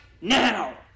now